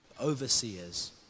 overseers